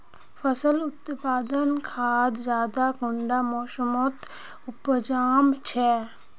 फसल उत्पादन खाद ज्यादा कुंडा मोसमोत उपजाम छै?